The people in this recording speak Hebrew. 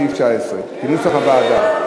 סעיף 19 כנוסח הוועדה.